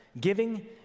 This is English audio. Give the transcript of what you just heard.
giving